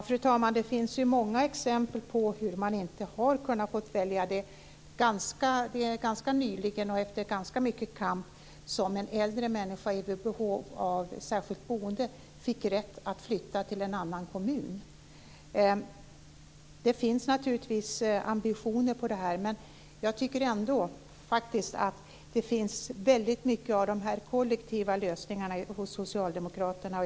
Fru talman! Det finns många exempel på att man inte har fått välja. Ganska nyligen och efter ganska mycket kamp fick en äldre människa i behov av särskilt boende rätten att flytta till en annan kommun. Naturligtvis finns det ambitioner på det här området men jag tycker att det ändå är väldigt mycket av kollektiva lösningar hos socialdemokraterna.